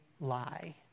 lie